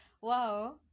wow